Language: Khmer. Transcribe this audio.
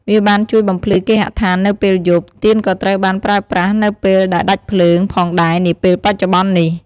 វាបានជួយបំភ្លឺគេហដ្ឋាននៅពេលយប់ ទៀនក៏ត្រូវបានប្រើប្រាស់នៅពេលដែលដាច់ភ្លើងផងដែរនាពេលបច្ចុប្បន្ននេះ។